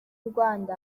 rwanda